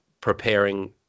preparing